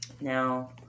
Now